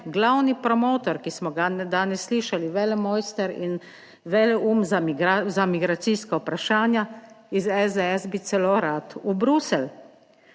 Glavni promotor, ki smo ga danes slišali, velemojster in veleum za migracijska vprašanja iz SDS, bi celo rad v Bruselj.